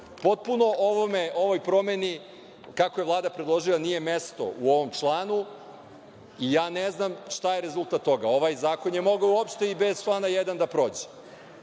Potpuno ovoj promeni, kako je Vlada predložila, nije mesto u ovom članu i ja ne znam šta je rezultat toga. Ovaj zakon je mogao bez člana 1. da prođe. Znači,